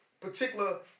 particular